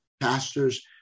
pastors